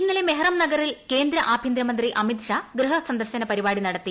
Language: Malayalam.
ഇന്നലെ മെഹ്റം നഗറിൽ കേന്ദ്ര ആഭ്യന്തരമന്ത്രി അമിത്ഷാ ഗൃഹ സന്ദർശന പരിപാടി നടത്തി